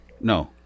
no